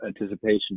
anticipation